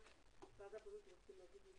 משרד הבריאות רוצים להגיד משהו.